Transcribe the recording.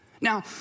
Now